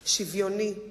שוויוני,